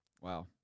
Wow